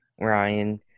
Ryan